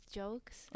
jokes